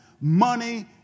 money